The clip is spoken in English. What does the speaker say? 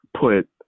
put –